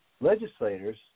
legislators